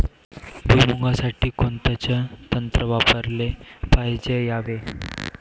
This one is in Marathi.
भुइमुगा साठी कोनचं तंत्र वापराले पायजे यावे?